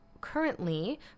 currently